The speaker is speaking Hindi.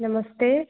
नमस्ते